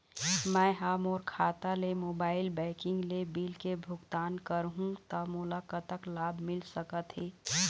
मैं हा मोर खाता ले मोबाइल बैंकिंग ले बिल के भुगतान करहूं ता मोला कतक लाभ मिल सका थे?